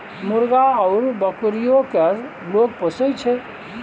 मुर्गा आउर बकरीयो केँ लोग पोसय छै